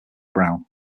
brown